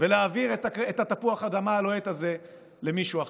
ולהעביר את תפוח האדמה הלוהט הזה למישהו אחר.